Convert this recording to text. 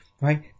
right